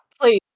please